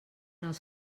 els